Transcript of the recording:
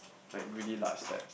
like really large step